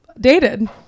dated